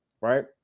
right